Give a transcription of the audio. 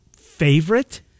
favorite